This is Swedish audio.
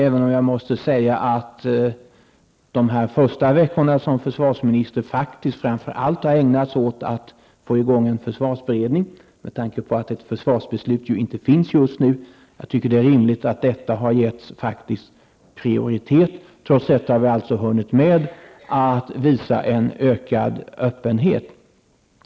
Men jag måste säga att mina första veckor som försvarsminister framför allt har ägnats åt att få i gång en försvarsberedning med tanke på att det inte finns något försvarsbeslut. Jag tycker att det är rimligt att detta har getts prioritet. Trots detta har vi således hunnit med att visa en ökad öppenhet.